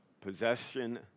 Possession